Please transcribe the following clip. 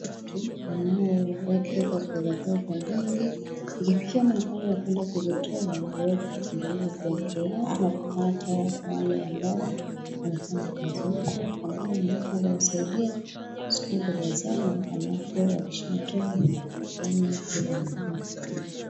Watu wanaowekeza pesa zao kwa benki ikifikia wakati kwenda kuzitoa huweza kutembelea benki yao na kupata wale ambao wanafanya kazi uko ambao wanaweza wakawasaidia kuzitoa pesa zao alafu wakishatoa wanafanya vile wanafaa kufanya.